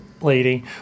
lady